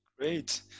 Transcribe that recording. great